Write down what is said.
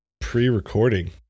pre-recording